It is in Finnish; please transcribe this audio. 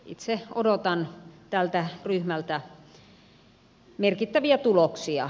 itse odotan tältä ryhmältä merkittäviä tuloksia